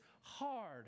hard